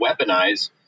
weaponize